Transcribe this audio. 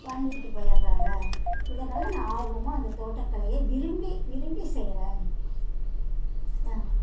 வாங்கிக்கிட்டு போயிடுறாங்க இதனால் நான் ஆர்வமாக அந்த தோட்டக்கலையை விரும்பி விரும்பி செய்யறேன் ஆ